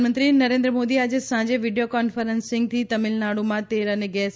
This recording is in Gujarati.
પ્રધાનમંત્રી નરેન્દ્ર મોદી આજે સાંજે વિડીયો કોન્ફરન્સીંગથી તમીલનાડુમાં તેલ અને ગેસ